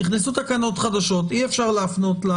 נכנסו תקנות חדשות, אי אפשר להפנות.